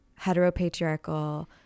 heteropatriarchal